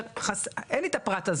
שמעה את הטענות ,דנה בהן בכובד ראש,